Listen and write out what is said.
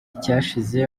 cyashize